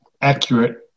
accurate